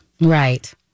right